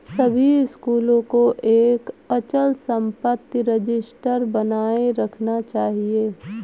सभी स्कूलों को एक अचल संपत्ति रजिस्टर बनाए रखना चाहिए